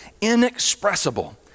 inexpressible